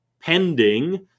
pending